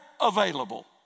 available